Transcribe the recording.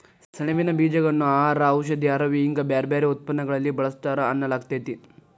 ಸೆಣಬಿನ ಬೇಜಗಳನ್ನ ಆಹಾರ, ಔಷಧಿ, ಅರವಿ ಹಿಂಗ ಬ್ಯಾರ್ಬ್ಯಾರೇ ಉತ್ಪನ್ನಗಳಲ್ಲಿ ಬಳಸ್ತಾರ ಅನ್ನಲಾಗ್ತೇತಿ